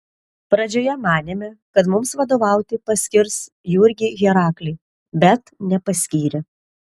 pradžioje manėme kad mums vadovauti paskirs jurgį heraklį bet nepaskyrė